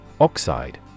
Oxide